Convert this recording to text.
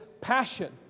passion